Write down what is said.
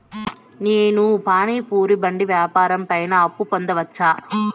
నేను పానీ పూరి బండి వ్యాపారం పైన అప్పు పొందవచ్చా?